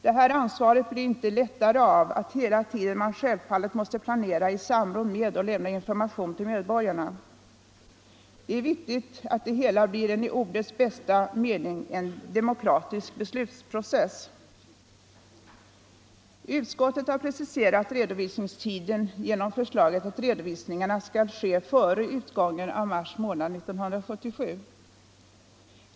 Det ansvaret blir inte lättare av att man hela tiden självfallet måste planera i samråd med och lämna information till medborgarna. Det är viktigt att det hela blir en i ordets bästa mening demokratisk beslutsprocess. Utskottet har preciserat redovisningstiden genom förslaget att redovisningen skall ske före utgången av mars månad 1977.